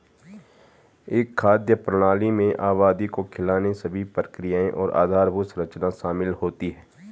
एक खाद्य प्रणाली में आबादी को खिलाने सभी प्रक्रियाएं और आधारभूत संरचना शामिल होती है